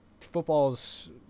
football's